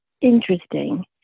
interesting